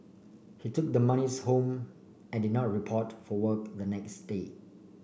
he took the monies home and did not report for work the next day